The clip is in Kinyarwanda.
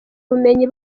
ubumenyi